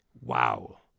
Wow